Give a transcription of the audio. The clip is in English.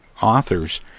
authors